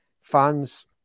fans